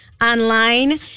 online